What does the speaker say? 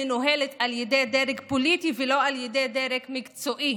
מנוהלת על ידי דרג פוליטי ולא על ידי דרג מקצועי.